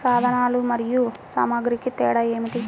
సాధనాలు మరియు సామాగ్రికి తేడా ఏమిటి?